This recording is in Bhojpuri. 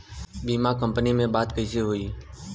बीमा कंपनी में बात कइसे होई?